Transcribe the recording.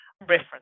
reference